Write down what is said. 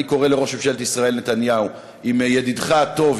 אני קורא לראש ממשלת ישראל נתניהו: אם ידידך הטוב,